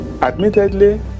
Admittedly